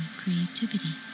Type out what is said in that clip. creativity